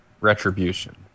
Retribution